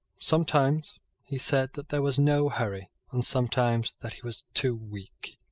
sometimes he said that there was no hurry, and sometimes that he was too weak.